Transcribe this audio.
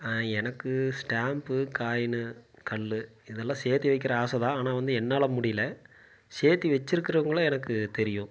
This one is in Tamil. எனக்கு ஸ்டாம்ப்பு காயினு கல் இதெல்லாம் சேர்த்து வைக்கிற ஆசைதான் ஆனால் வந்து என்னால் முடியல சேர்த்தி வச்சுருக்குறவங்கள எனக்கு தெரியும்